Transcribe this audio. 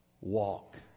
walk